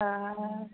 ओऽ